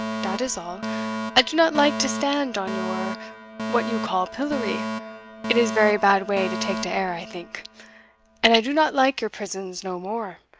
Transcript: dat is all i do not like to stand on your what you call pillory it is very bad way to take de air, i think and i do not like your prisons no more,